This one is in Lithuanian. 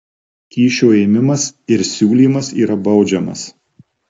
kyšio ėmimas ir siūlymas yra baudžiamas